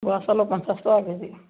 বৰা চাউলৰ পঞ্চাছ টকা কে জি